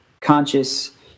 conscious